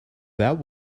that